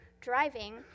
driving